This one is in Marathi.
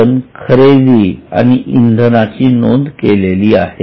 आपण खरेदी आणि इंधनाची नोंद केलेली आहे